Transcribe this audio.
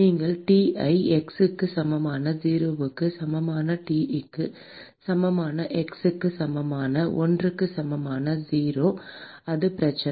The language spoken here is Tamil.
நீங்கள் T ஐ x க்கு சமமான 0 க்கு சமமான T க்கு சமமான x க்கு சமமான 1 க்கு சமமான 0 அது 1 பிரச்சனை